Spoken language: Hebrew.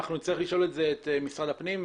את זה נצטרך לשאול את משרד הפנים.